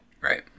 Right